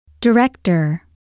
Director